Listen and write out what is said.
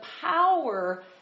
power